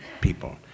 people